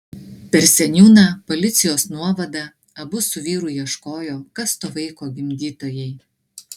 per seniūną policijos nuovadą abu su vyru ieškojo kas to vaiko gimdytojai